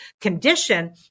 condition